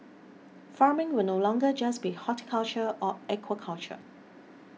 farming will no longer just be horticulture or aquaculture